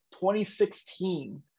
2016